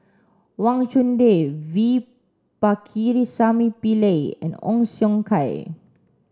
Wang Chunde V Pakirisamy Pillai and Ong Siong Kai